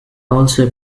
also